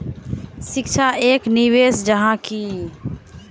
शिक्षा एक निवेश जाहा की?